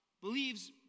believes